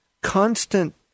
constant